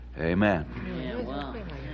amen